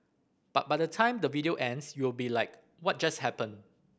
but by the time the video ends you'll be like what just happened